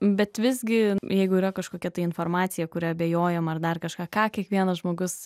bet visgi jeigu yra kažkokia informacija kuria abejojam ar dar kažką ką kiekvienas žmogus